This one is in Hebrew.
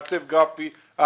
מעצב גרפי,